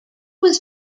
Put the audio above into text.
was